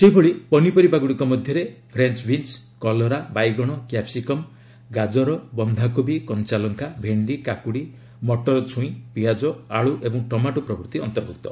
ସେହିଭଳି ପନିପରିବା ଗୁଡ଼ିକ ମଧ୍ୟରେ ଫ୍ରେଞ୍ ବିନ୍ନ କଲରା ବାଇଗଣ କ୍ୟାପ୍ସିକମ୍ ଗାଜର ବନ୍ଧାକୋବି କଞ୍ଚାଲଙ୍କା ଭେଣ୍ଡି କାକୁଡ଼ି ମଟର ଛୁଇଁ ପିଆକ୍ଟ ଆଳୁ ଓ ଟମାଟୋ ଅନ୍ତର୍ଭୁକ୍ତ